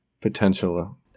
potential